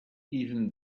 even